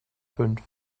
fünf